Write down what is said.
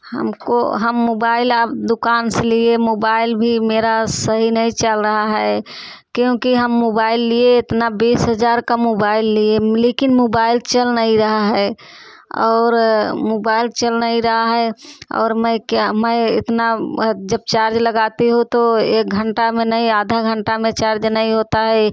हमको हम मोबाइल आप दुकान से लिए मोबाइल भी मेरा सही नहीं चल रहा है क्योंकि हम मोबाइल लिए इतना बीस हजार का मोबाइल लिए लेकिन मोबाइल चल नहीं रहा है और मोबाइल चल नहीं रहा है और मैं क्या मैं इतना मैं जब चार्ज लगाती हूँ तो एक घंटा में नहीं आधा घंटा में चार्ज नहीं होता है